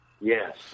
Yes